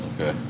Okay